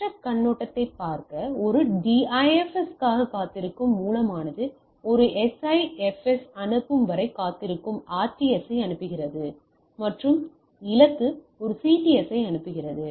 மற்ற கண்ணோட்டத்தைப் பார்க்க ஒரு DIFS க்காகக் காத்திருக்கும் மூலமானது ஒரு SIFS அனுப்பும் வரை காத்திருக்கும் RTS ஐ அனுப்புகிறது மற்றும் இலக்கு ஒரு CTS ஐ அனுப்புகிறது